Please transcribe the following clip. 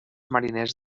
mariners